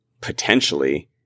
potentially